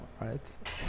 right